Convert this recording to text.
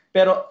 Pero